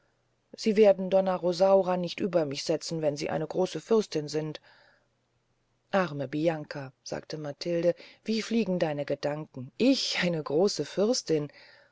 sie werden donna rosaura nicht über mich setzen nun sie eine große fürstin sind arme bianca sagte matilde wie fliegen deine gedanken ich eine große fürstin